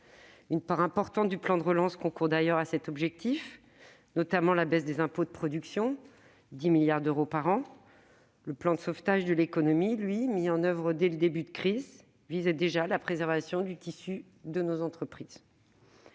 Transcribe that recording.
Une part importante du plan de relance concourt d'ailleurs à cet objectif, avec notamment la baisse des impôts de production, à hauteur de 10 milliards d'euros par an. Le plan de sauvetage de l'économie, mis en oeuvre en début de crise, visait déjà la préservation de notre tissu d'entreprises.